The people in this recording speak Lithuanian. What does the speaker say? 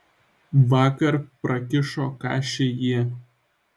vakar prakišo kašį jie